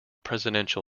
presidential